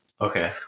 Okay